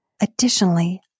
Additionally